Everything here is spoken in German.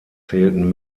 zählten